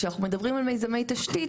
כשאנחנו מדברים על מיזמי תשתית,